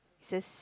says